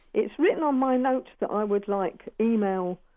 it's written on my notes that i would like email,